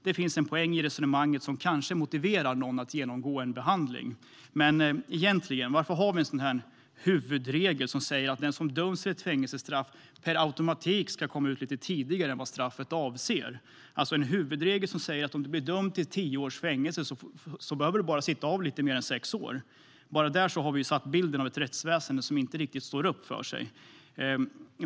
Det finns en poäng i resonemanget som kanske motiverar någon att genomgå en behandling. Men varför har vi egentligen en huvudregel som säger att den som döms till ett fängelsestraff per automatik ska få komma ut lite tidigare än vad straffet avser, alltså en huvudregel som säger att om du blir dömd till tio års fängelse behöver du bara sitta av lite mer än sex år? Bara där har vi ju satt bilden av ett rättsväsen som inte riktigt står upp för sig.